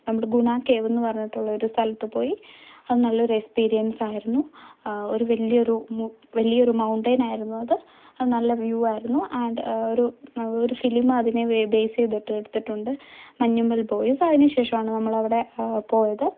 നമ്മുടെ ഗുണാ കേവ് എന്ന് പറഞ്ഞിട്ടുള്ളോരു സ്ഥലത്ത് പോയി അത് നല്ലൊരു എക്സ്പീരിയൻസായിരുന്നു ഒരു വലിയൊരു മു വലിയൊരു മൌണ്ടെയിനായിരുന്നു അത് അത് നല്ല വ്യൂവായിരുന്നു ആന്ഡ് ഒരു ഒരു ഫിലിമ് അതിനെ ബെയിസ് ചെയ്തിട്ട് എടുത്തിട്ടുണ്ട് മഞ്ഞുമ്മൽ ബോയ്സ് അതിന് ശേഷമാണ് നമ്മളവിടെ പോയത്